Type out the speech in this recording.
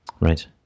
Right